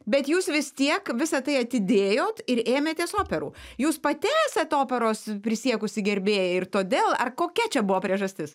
bet jūs vis tiek visa tai atidėjot ir ėmėtės operų jūs pati esat operos prisiekusi gerbėja ir todėl ar kokia čia buvo priežastis